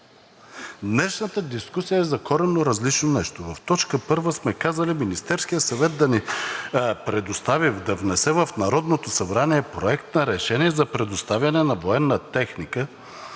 Днешната дискусия е за коренно различно нещо. В т. 1 сме казали Министерският съвет да ни предостави, да внесе в Народното събрание Проект на решение за предоставяне на военна техника,